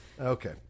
Okay